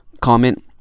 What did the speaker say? comment